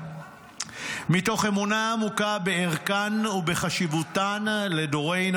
מתוך אמונה עמוקה בערכן ובחשיבותן לדורנו.